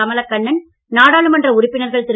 கமலகண்ணன் நாடாளுமன்ற உறுப்பினர்கள் திரு